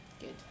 Good